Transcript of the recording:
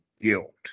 guilt